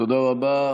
תודה רבה.